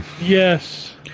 Yes